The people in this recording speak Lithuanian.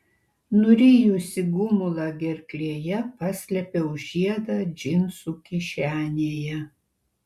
nurijusi gumulą gerklėje paslėpiau žiedą džinsų kišenėje